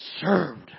served